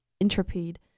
Intrepid